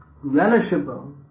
relishable